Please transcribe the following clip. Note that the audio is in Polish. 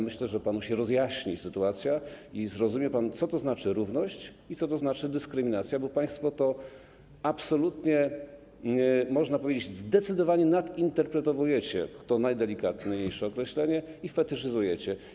Myślę, że panu się rozjaśni sytuacja i zrozumie pan, co to znaczy równość i co to znaczy dyskryminacja, bo państwo to absolutnie, można powiedzieć, zdecydowanie nadinterpretowujecie - to najdelikatniejsze określenie - i fetyszyzujecie.